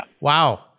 Wow